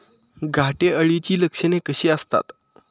घाटे अळीची लक्षणे कशी असतात?